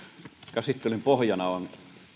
käsittelyn pohjana on